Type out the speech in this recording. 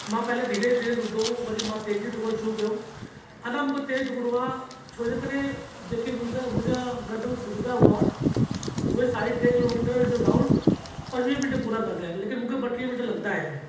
मां पहिले धीरे धीरे ॾुकंदो हुअमि वरी मां तेज़ी सां शुरू कयोमि अञा मूंखे तेज़ु ॾुकणो आहे छोजे करे जेकि मूंसां मुंहिंजा गॾु ॾुकंदा हुआ उहे साढी टे किलोमीटर जो राउंड पंजवीह मिंट में पूरा कंदा आहिनि लेकिन मूंखे बटीह मिंट लॻंदा आहिनि